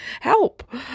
Help